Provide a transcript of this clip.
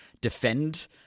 defend